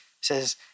says